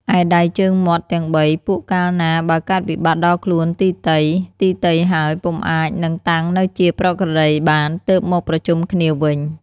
ឯដៃជើងមាត់ទាំង ៣ ពួកកាលណាបើកើតវិបត្តិដល់ខ្លួនទីទៃៗហើយ ពុំអាច នឹងតាំងនៅជាប្រក្រតីបាន ទើបមកប្រជុំគ្នាវិញ។